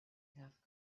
half